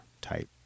type